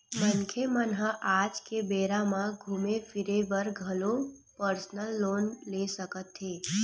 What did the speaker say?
मनखे मन ह आज के बेरा म घूमे फिरे बर घलो परसनल लोन ले सकत हे